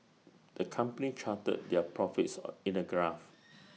the company charted their profits or in A graph